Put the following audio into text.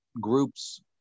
groups